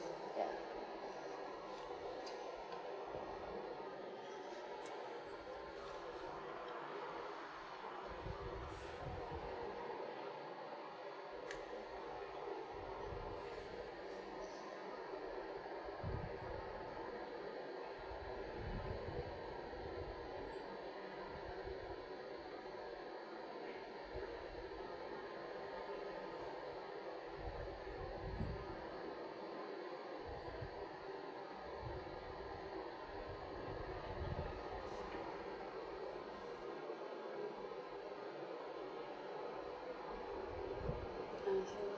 yeah I see